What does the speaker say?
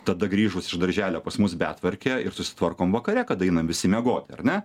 tada grįžus iš darželio pas mus betvarkė ir susitvarkom vakare kada einam visi miegoti ar ne